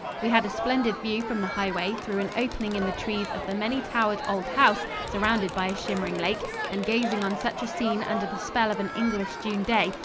we had a splendid view from the highway through an opening in the trees of the many-towered old house surrounded by a shimmering lake, and gazing on such a scene under the spell of an english june day,